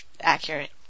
accurate